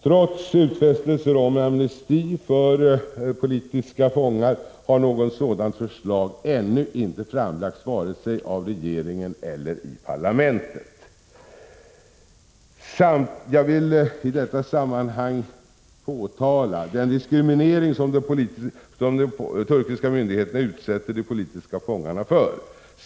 Trots utfästelser om amnesti för politiska fångar har något sådant förslag ännu inte framlagts vare sig av regeringen eller i parlamentet. I detta sammanhang måste påtalas den diskriminering som de turkiska myndigheterna utsätter de politiska fångarna för.